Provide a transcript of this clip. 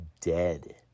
dead